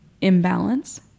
imbalance